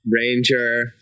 Ranger